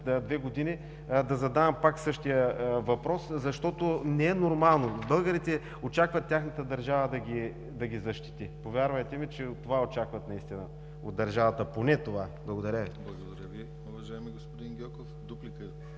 две години, да задавам пак същия въпрос, защото не е нормално. Българите очакват тяхната държава да ги защити. Повярвайте ми, че това очакват наистина от държавата, поне това. Благодаря Ви. ПРЕДСЕДАТЕЛ ДИМИТЪР ГЛАВЧЕВ: Благодаря Ви, уважаеми господи Гьоков. Дуплика?